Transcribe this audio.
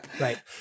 right